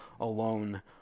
alone